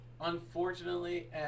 unfortunately